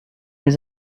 les